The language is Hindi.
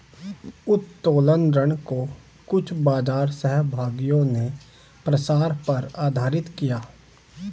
उत्तोलन ऋण को कुछ बाजार सहभागियों ने प्रसार पर आधारित किया